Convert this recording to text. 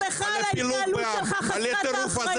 הציבור לא יסלח לך על ההתנהלות שלך חסרת האחריות.